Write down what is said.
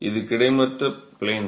இது கிடைமட்ட ப்ளேன்